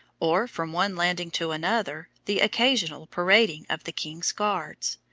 or from one landing to another. the occasional parading of the king's guards,